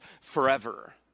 forever